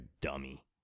dummy